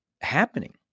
happening